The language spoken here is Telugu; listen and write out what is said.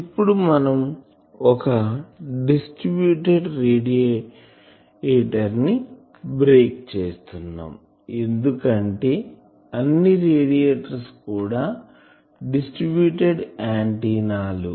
ఇప్పుడు మనం ఒక డిస్ట్రిబ్యూటెడ్ రేడియేటర్ ని బ్రేక్ చేస్తున్నాం ఎందుకంటే అన్ని రేడియేటర్స్ కూడా డిస్ట్రిబ్యూటెడ్ ఆంటెన్నాలు